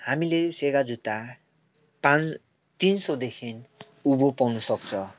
हामीले सेगा जुत्ता पाँच तिन सयदेखि उँभो पाउनु सक्छ